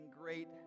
great